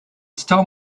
stole